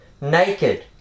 Naked